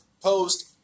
Post